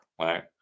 right